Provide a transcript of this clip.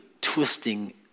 twisting